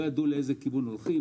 לא ידעו לאיזה כיוון הולכים,